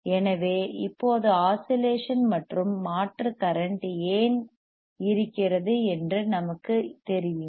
எனவே இப்போது ஆஸிலேஷன் மற்றும் மாற்று கரண்ட் ஏன் இருக்கிறது என்று நமக்குத் தெரியுமா